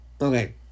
okay